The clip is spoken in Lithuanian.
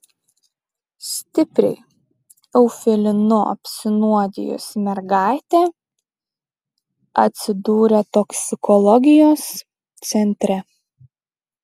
stipriai eufilinu apsinuodijusi mergaitė atsidūrė toksikologijos centre